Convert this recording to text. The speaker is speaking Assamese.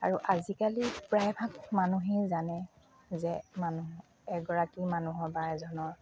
আৰু আজিকালি প্ৰায়ভাগ মানুহেই জানে যে মানুহ এগৰাকী মানুহৰ বা এজনৰ